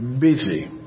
busy